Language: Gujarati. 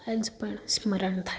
આજે પણ સ્મરણ થાય